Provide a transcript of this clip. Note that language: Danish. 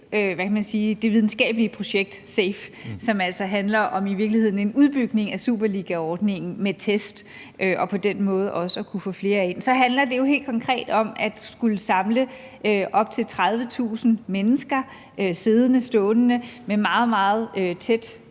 I forhold til det videnskabelige projekt SAVE, som altså i virkeligheden handler om en udbygning af superligaordningen med test for på den måde også at kunne få flere ind på stadion, så handler det jo helt konkret om at skulle samle op til 30.000 mennesker – siddende og stående – med meget, meget tæt